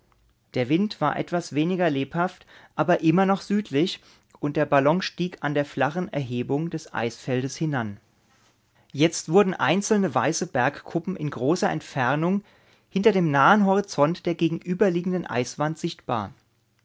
der wind war etwas weniger lebhaft aber immer noch südlich und der ballon stieg an der flachen erhebung des eisfeldes hinan jetzt wurden einzelne weiße bergkuppen in großer entfernung hinter dem nahen horizont der gegenüberliegenden eiswand sichtbar